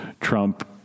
Trump